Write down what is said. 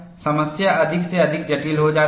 समस्या अधिक से अधिक जटिल हो जाती है